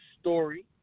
Story